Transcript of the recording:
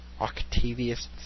Octavius